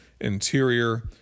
Interior